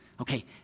Okay